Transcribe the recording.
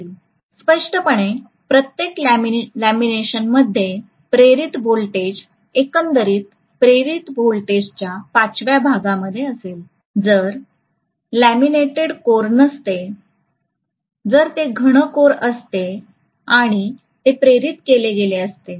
स्पष्टपणे प्रत्येक लॅमिनेशनमध्ये प्रेरित व्होल्टेज एकंदरीत प्रेरित व्होल्टेजच्या पाचव्या भागामध्ये असेल जर लॅमिनेटेड कोर नसते जर ते घन कोर असते आणि ते प्रेरित केले गेले असते